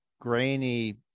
grainy